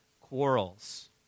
quarrels